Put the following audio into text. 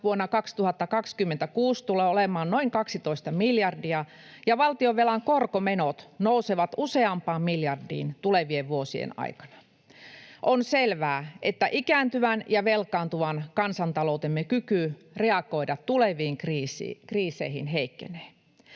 vuonna 2026 tulee olemaan noin 12 miljardia ja valtionvelan korkomenot nousevat useampaan miljardiin tulevien vuosien aikana. On selvää, että ikääntyvän ja velkaantuvan kansantaloutemme kyky reagoida tuleviin kriiseihin heikkenee.